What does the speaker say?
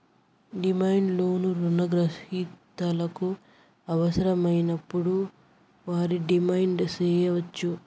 demand loan రుణ గ్రహీతలకు అవసరమైనప్పుడు వారు డిమాండ్ సేయచ్చు